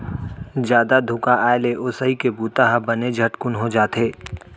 जादा धुका आए ले ओसई के बूता ह बने झटकुन हो जाथे